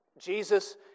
Jesus